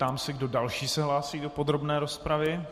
Ptám se, kdo další se hlásí do podrobné rozpravy.